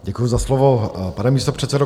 Děkuji za slovo, pane místopředsedo.